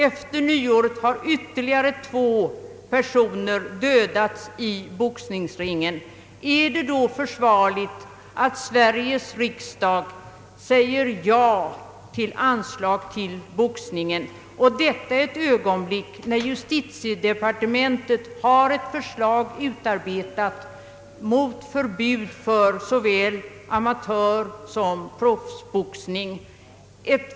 Efter nyåret har två personer till dött av skador i boxningsringen. Är det då försvarligt att Sveriges riksdag säger ja till anslag åt boxningen? Detta i ett ögonblick när justitiedepartementet har utarbetat förslag om förbud mot såväl amatörsom proffsboxning.